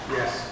Yes